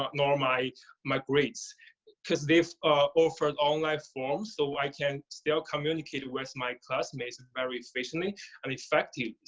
ah nor my my grades because they've offered online forums so i can still communicate with my classmates very efficiently and effective.